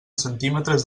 centímetres